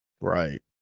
Right